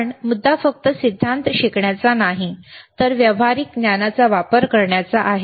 पण मुद्दा फक्त सिद्धांत शिकण्याचा नाही तर व्यावहारिक ज्ञानाचा वापर करण्याचा आहे